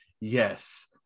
yes